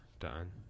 Done